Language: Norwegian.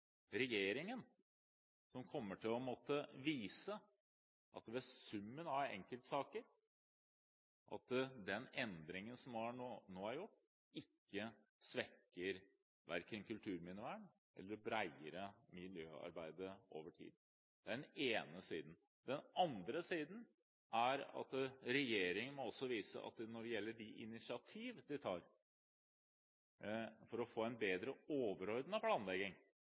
regjeringen som ved summen av enkeltsaker kommer til å måtte vise at den endringen som nå er gjort, ikke svekker verken kulturminnevernet eller det bredere miljøarbeidet over tid. Det er den ene siden. Den andre siden er at regjeringen må vise at i de initiativ den tar for å få en bedre overordnet planlegging,